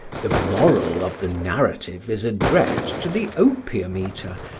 the moral of the narrative is addressed to the opium-eater,